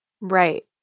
Right